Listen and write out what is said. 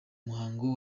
muhango